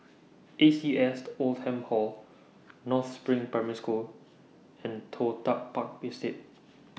A C S Oldham Hall North SPRING Primary School and Toh Tuck Park Estate